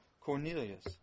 Cornelius